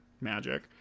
magic